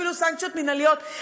אפילו סנקציות מינהליות.